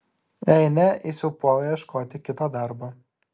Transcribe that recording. jei ne jis jau puola ieškoti kito darbo